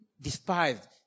despised